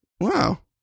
Wow